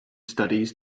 studies